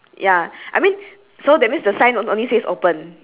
one says the hat pins for sale and one says open is it